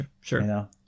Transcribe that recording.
sure